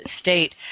state